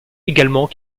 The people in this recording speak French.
également